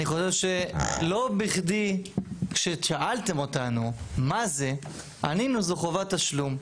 אני חושב שלא בכדי שכששאלתם אותנו מה זה ענינו זו חובת תשלום.